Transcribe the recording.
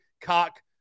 Cock